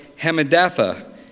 Hamadatha